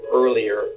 earlier